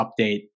update